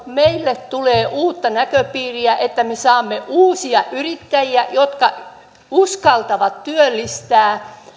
meille tulee uutta näköpiiriä kun me saamme uusia yrittäjiä jotka uskaltavat työllistää